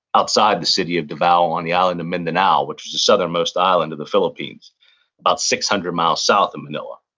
outside the city of davao on the island of mindanao, which is the southernmost island of the philippines about six hundred miles south of manila.